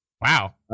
Wow